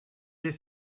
des